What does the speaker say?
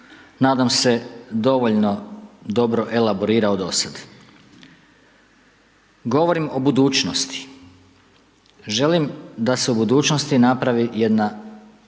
nadam se dovoljno dobro elaborirao do sada. Govorim o budućnosti, želim da se u budućnosti napravi jedna,